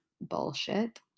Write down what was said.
bullshit